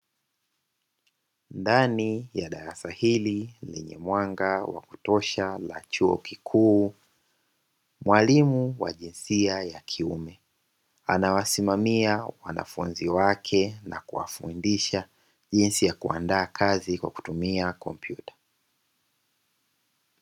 Ndani ya darasa hili lenye mwanga wa kutosha la chuo kikuu, mwalimu wa jinsia ya kiume anawasimamia wanafunzi wake na kuwafundisha jinsi ya kuandaa kazi kwa kutumia kompyuta.